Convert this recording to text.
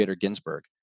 Ginsburg